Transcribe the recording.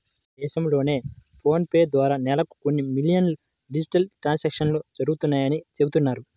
ఒక్క మన దేశంలోనే ఫోన్ పే ద్వారా నెలకు కొన్ని మిలియన్ల డిజిటల్ ట్రాన్సాక్షన్స్ జరుగుతున్నాయని చెబుతున్నారు